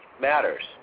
matters